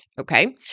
Okay